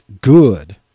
good